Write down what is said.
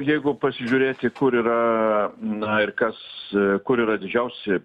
jeigu pasižiūrėti kur yra aaa na ir kas kur yra didžiausi